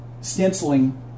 stenciling